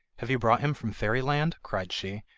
have you brought him from fairyland cried she,